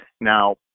Now